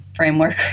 Framework